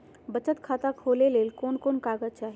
बचत खाता खोले ले कोन कोन कागज चाही?